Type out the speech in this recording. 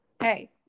Hey